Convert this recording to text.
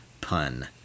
pun